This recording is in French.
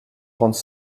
trente